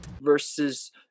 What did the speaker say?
Versus